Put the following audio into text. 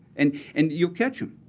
and and you'll catch them.